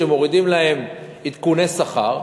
שמורידים להם עדכוני שכר.